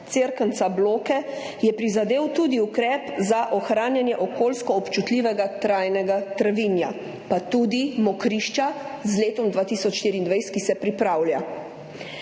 Cerknica, Bloke prizadel tudi ukrep za ohranjanje okoljsko občutljivega trajnega travinja, pa tudi mokrišča, z letom 2024, ki se pripravlja.